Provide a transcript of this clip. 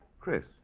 Chris